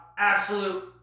Absolute